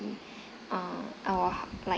err our like